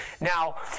Now